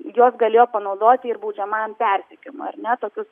juos galėjo panaudoti ir baudžiamajam persekiojimui ar ne tokius